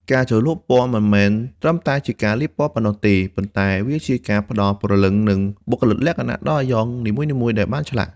ការជ្រលក់ពណ៌មិនមែនត្រឹមតែជាការលាបពណ៌ប៉ុណ្ណោះទេ ប៉ុន្តែវាជាការផ្តល់ព្រលឹងនិងបុគ្គលិកលក្ខណៈដល់អាយ៉ងនីមួយៗដែលបានឆ្លាក់។